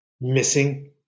missing